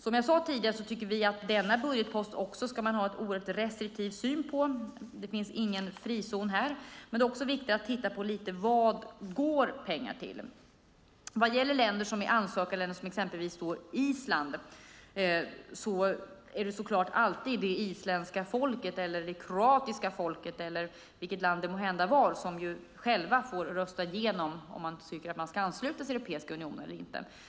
Som jag sade tidigare tycker vi att man ska ha en oerhört restriktiv syn också på denna budgetpost. Det finns ingen frizon här. Det är dock också viktigt att titta lite på vad pengarna går till. Vad gäller länder som är ansökarländer, som exempelvis Island, är det så klart det isländska folket - eller det kroatiska folket, eller vilket land det nu må vara - som själva får rösta igenom om de tycker att de ska ansluta sig till Europeiska unionen eller inte.